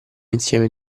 insieme